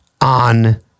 on